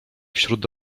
wśród